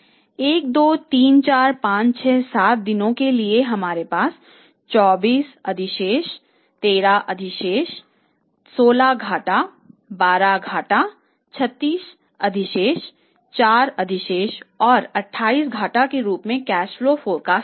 1 2 3 4 5 6 7 दिनों के लिए हमारे पास 24 अधिशेष 13 अधिशेष 16 घाटा 12 घाटा 36 अधिशेष 4 अधिशेष और 28 घाटा के रूप में कैश फ्लो फोरकास्ट है